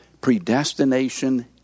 Predestination